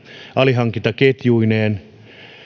alihankintaketjuineen